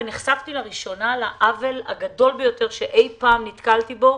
ונחשפתי לראשונה לעוול הגדול ביותר שאי-פעם נתקלתי בו,